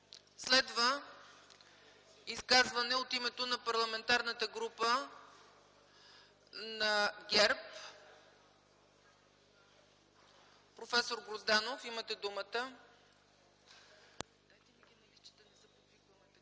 Следва изказване от името на Парламентарната група на ГЕРБ. Професор Грозданов, имате думата.